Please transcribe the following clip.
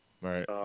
Right